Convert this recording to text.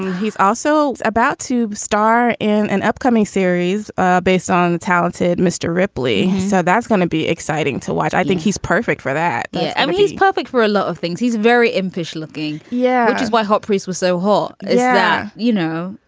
he's also about to star in an upcoming series ah based on the talented mr. ripley so that's gonna be exciting to watch. i think he's perfect for that yeah, and he's perfect for a lot of things. he's very impish looking. yeah. which is why hot press was so hot. yeah you know,